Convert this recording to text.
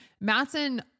Matson